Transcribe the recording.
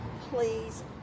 please